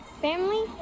family